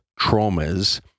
traumas